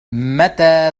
متى